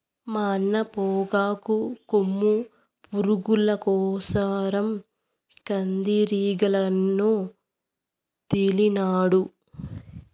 మా అన్న పొగాకు కొమ్ము పురుగుల కోసరం కందిరీగలనొదిలినాడు